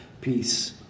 peace